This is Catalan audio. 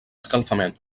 escalfament